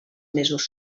mesos